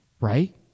right